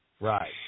Right